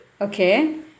Okay